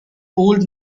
old